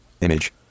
image